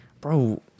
Bro